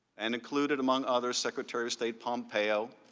and included among others secretary of state pompeo,